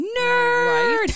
Nerd